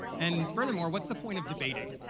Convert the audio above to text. and furthermore, what's the point of debating?